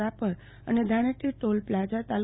રાપર અને Dhaneti toll plaza તા